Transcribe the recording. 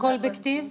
הכול ב'כתיב'?